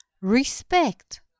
Respect